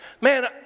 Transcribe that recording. Man